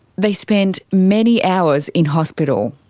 they spent many hours in hospital.